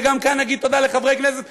וגם כאן נגיד תודה לחברי כנסת שזכו,